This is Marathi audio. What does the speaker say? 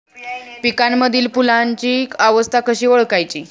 पिकांमधील फुलांची अवस्था कशी ओळखायची?